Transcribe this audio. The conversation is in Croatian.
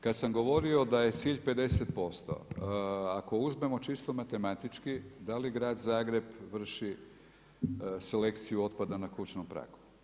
Kad sam govorio da je cilj 50%, ako uzmemo čisto matematički, da li grad Zagreb vrši selekciju otpada na kućnom pragu?